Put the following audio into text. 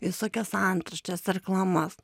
visokias antraštes reklamas